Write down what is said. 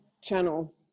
channel